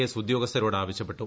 S ഉദ്യോഗസ്ഥരോട് ആവശ്യപ്പെട്ടു